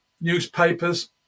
newspapers